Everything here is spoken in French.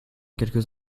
quelques